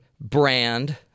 brand